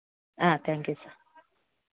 thank you sir